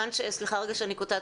סליחה שאני קוטעת,